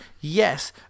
Yes